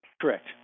Correct